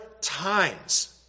times